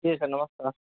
जी sir नमस्कार